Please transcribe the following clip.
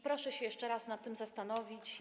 Proszę się jeszcze raz nad tym zastanowić.